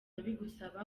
bigusaba